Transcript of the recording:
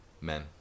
men